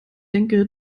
denke